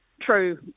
true